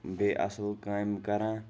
بیٚیہِ اَصٕل کامہِ کَران